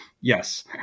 Yes